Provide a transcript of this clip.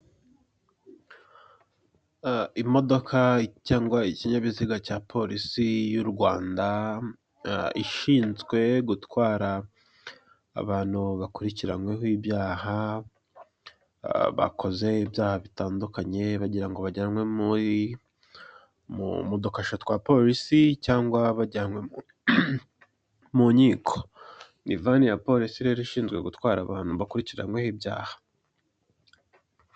Imodoka cyangwa ikinyabiziga cya polisi y'u Rwanda, ishinzwe gutwara abantu bakurikiranweho ibyaha, bakoze ibyaha bitandukanye bagira ngo bajyanwe mu dukasho twa polisi cyangwa bajyanwe mu nkinko. Ni vani ya polisi rero ishinzwe gutwara abantu bakurikiranweho ibyaha.